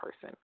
person